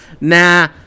nah